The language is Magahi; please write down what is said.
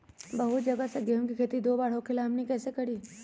बहुत जगह गेंहू के खेती दो बार होखेला हमनी कैसे करी?